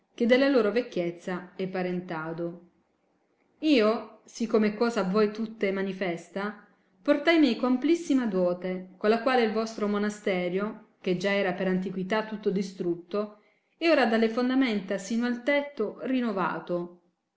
che della loro vecchiezza e parentado io si come è cosa a voi tutte manifesta portai meco amplissima dote colla quale il vostro monasterio che già era per antiquità tutto distrutto è ora dalle fondamenta sino al tetto rinovato